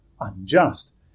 unjust